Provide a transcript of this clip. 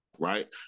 Right